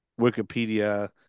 wikipedia